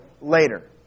later